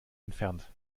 entfernt